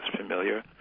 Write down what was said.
familiar